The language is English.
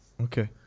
Okay